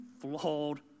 flawed